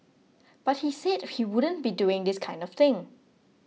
but he said he wouldn't be doing this kind of thing